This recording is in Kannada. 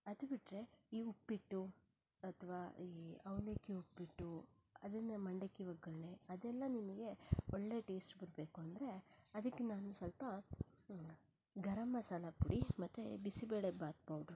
ಅದು ಬಿಟ್ರೆ ಈ ಉಪ್ಪಿಟ್ಟು ಅಥವಾ ಈ ಅವಲಕ್ಕಿ ಉಪ್ಪಿಟ್ಟು ಅದನ್ನೇ ಮಂಡಕ್ಕಿ ಒಗ್ಗರಣೆ ಅದೆಲ್ಲ ನಿಮಗೆ ಒಳ್ಳೆಯ ಟೇಸ್ಟ್ ಬರ್ಬೇಕು ಅಂದರೆ ಅದಕ್ಕೆ ನಾನು ಸ್ವಲ್ಪ ಗರಂ ಮಸಾಲ ಪುಡಿ ಮತ್ತೆ ಬಿಸಿಬೇಳೆಬಾತ್ ಪೌಡ್ರು